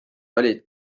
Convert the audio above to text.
olid